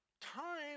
time